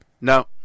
No